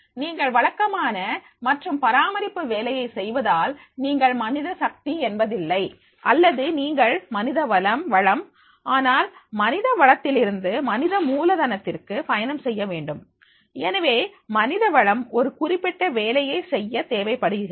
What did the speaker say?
நீங்கள் வழக்கமான மற்றும் பராமரிப்பு வேலையை செய்வதால் நீங்கள் மனித சக்தி என்பதில்லை அல்லது நீங்கள் மனித வளம் ஆனால் மனித வளத்திலிருந்து மனித மூலதனத்திற்கு பயணம் செய்ய வேண்டும் எனவே மனித வளம் ஒரு குறிப்பிட்ட வேலையை செய்ய தேவைப்படுகிறது